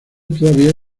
todavía